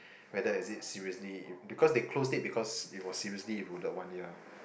whether has it seriously because they closed it because it was seriously in one year